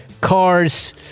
cars